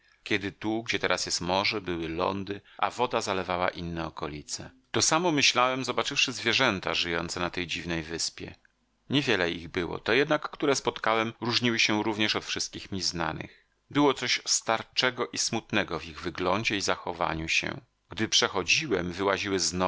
kiedy tu gdzie teraz jest morze były lądy a woda zalewała inne okolice to samo myślałem zobaczywszy zwierzęta żyjące na tej dziwnej wyspie nie wiele ich było te jednak które spotkałem różniły się również od wszystkich mi znanych było coś starczego i smutnego w ich wyglądzie i zachowaniu się gdy przechodziłem wyłaziły